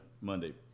Monday